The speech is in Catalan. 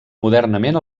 modernament